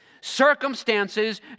Circumstances